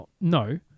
No